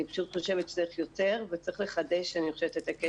אני פשוט חושבת שצריך יותר וצריך לחדש את הקשר עם בריאות הנפש.